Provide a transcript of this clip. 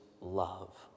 love